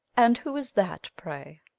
and who is that, pray?